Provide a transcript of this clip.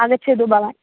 आगच्छतु भवान्